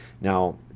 Now